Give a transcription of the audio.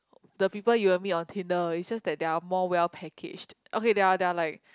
the people you will meet on Tinder is just that they are more well packaged okay they are they are like